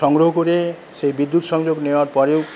সংগ্রহ করে সেই বিদ্যুৎ সংযোগ নেওয়ার পরেও